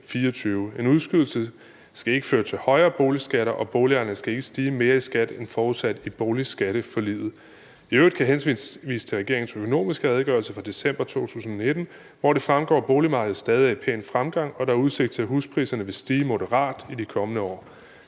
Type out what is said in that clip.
En udskydelse skal ikke føre til højere boligskatter – boligejerne skal ikke stige mere i skat end forudsat i boligskatteforliget. I øvrigt kan jeg henvise til regeringens »Økonomisk Redegørelse« fra december 2019, hvor det fremgår, at boligmarkedet stadig er i pæn fremgang, og at der er udsigt til, at huspriserne vil stige moderat i de kommende år.